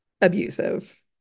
abusive